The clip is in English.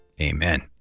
Amen